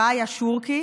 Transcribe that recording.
שמה רעיה שורקי.